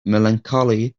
melancholy